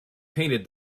painted